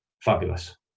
Fabulous